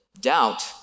Doubt